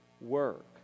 work